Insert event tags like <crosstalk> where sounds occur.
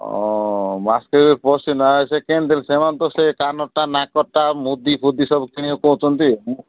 ଓ market ବସିଛିନା ସେ <unintelligible> ସେମାନେ ତ ସେ କାନର୍'ଟା ନାକର୍'ଟା ମୁଦିଫୁଦି ସବୁ କିଣିବେ କହୁଛନ୍ତି